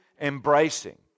embracing